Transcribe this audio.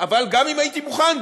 אבל גם אם הייתי מוכן,